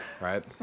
right